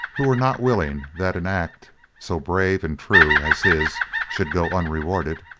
who were not willing that an act so brave and true as his should go unrewarded,